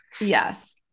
yes